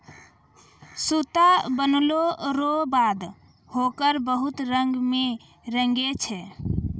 सूता बनलो रो बाद होकरा बहुत रंग मे रंगै छै